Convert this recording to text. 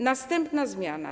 Następna zmiana.